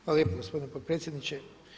Hvala lijepo gospodine predsjedniče.